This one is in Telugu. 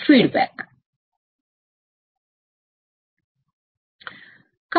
feedback 1 volt